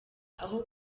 aho